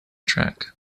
track